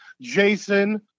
Jason